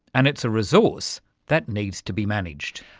and it's a resource that needs to be managed.